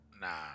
Nah